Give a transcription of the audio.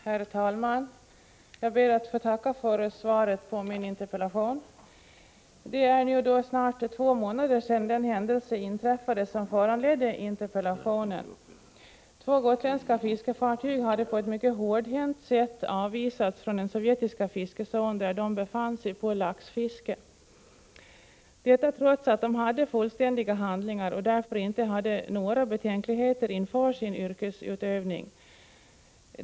Herr talman! Jag ber att få tacka för svaret på min interpellation. Det är nu snart två månader sedan den händelse inträffade som föranledde interpellationen. Två gotländska fiskefartyg hade på ett mycket hårdhänt sätt avvisats från den sovjetiska fiskezon där de befann sig på laxfiske. Detta inträffade trots att besättningarna på de gotländska fiskefartygen hade fullständiga handlingar och därför inte hade några betänkligheter inför sin yrkesutövning.